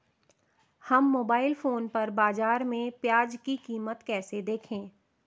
हम mobile phone पर बाज़ार में प्याज़ की कीमत कैसे देखें?